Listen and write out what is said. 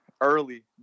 early